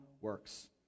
works